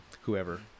whoever